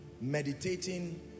meditating